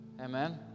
amen